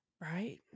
Right